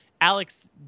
Alex